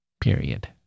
Period